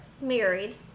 married